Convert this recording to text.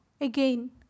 again